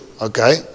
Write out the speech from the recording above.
Okay